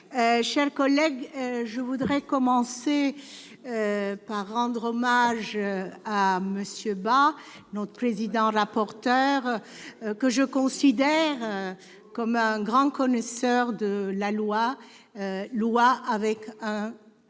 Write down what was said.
chers collègues, je voudrais tout d'abord rendre hommage à M. Bas, notre président et rapporteur, que je considère comme un grand connaisseur de la Loi, avec une